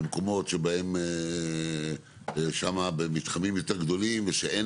במקומות שבהם שם במתחמים יותר גדולים שאין